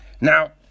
Now